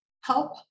help